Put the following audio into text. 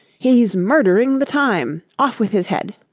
he's murdering the time! off with his head!